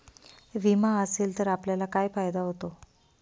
विमा असेल तर आपल्याला काय फायदा होतो?